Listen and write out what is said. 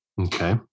okay